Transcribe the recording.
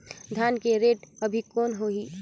धान के रेट अभी कौन होही?